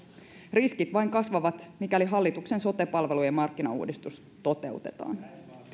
riskit vain kasvavat mikäli hallituksen sote palvelujen markkinauudistus toteutetaan